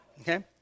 Okay